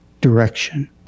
direction